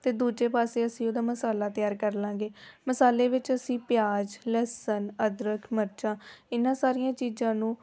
ਅਤੇ ਦੂਜੇ ਪਾਸੇ ਅਸੀਂ ਉਹਦਾ ਮਸਾਲਾ ਤਿਆਰ ਕਰ ਲਾਂਗੇ ਮਸਾਲੇ ਵਿੱਚ ਅਸੀਂ ਪਿਆਜ਼ ਲਸਣ ਅਦਰਕ ਮਿਰਚਾਂ ਇਹਨਾਂ ਸਾਰੀਆਂ ਚੀਜ਼ਾਂ ਨੂੰ